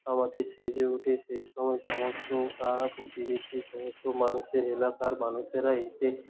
আমাদের সেজে উঠে সেই সময় সমস্ত পাড়া প্রতিবেশী সমস্ত মানুষের এলাকার মানুষেরা এসে